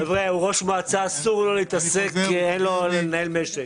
לראש מועצה אסור לנהל משק.